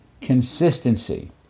consistency